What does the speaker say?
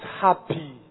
happy